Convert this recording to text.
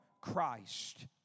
Christ